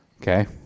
Okay